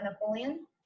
Napoleon